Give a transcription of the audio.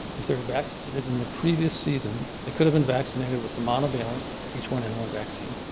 if they were vaccinated in the previous season, they could have been vaccinated with the monovalent h one n one vaccine.